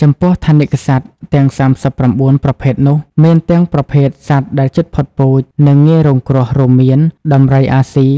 ចំពោះថនិកសត្វទាំង ៣៩ ប្រភេទនោះ មានទាំងប្រភេទសត្វដែលជិតផុតពូជ និងងាយរងគ្រោះ រួមមាន ដំរីអាស៊ី